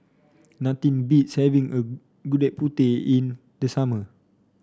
nothing beats having Gudeg Putih in the summer